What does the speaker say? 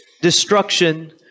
destruction